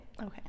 Okay